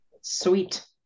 Sweet